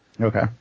Okay